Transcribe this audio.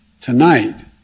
tonight